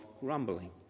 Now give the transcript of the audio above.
grumbling